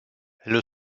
elle